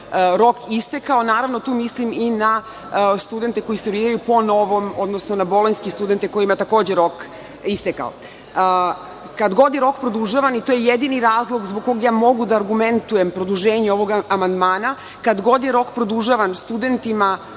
rok istekao. Naravno, tu mislim i na studente koje ste videli, odnosno na bolonjske studente kojima je takođe rok istekao. Kad god je rok produžavan, i to je jedini razlog zbog kog ja mogu da argumentujem produženje ovog amandmana, kad god je rok produžavan studentima